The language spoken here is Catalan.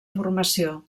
formació